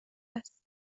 است